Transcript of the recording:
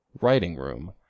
writing-room